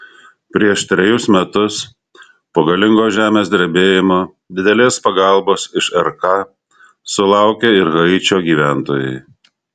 prieš trejus metus po galingo žemės drebėjimo didelės pagalbos iš rk sulaukė ir haičio gyventojai